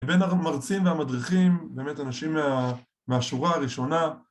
בין המרצים והמדריכים, באמת אנשים מהשורה הראשונה, ...